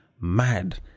mad